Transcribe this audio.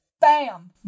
bam